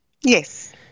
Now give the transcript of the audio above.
yes